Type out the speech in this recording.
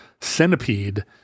Centipede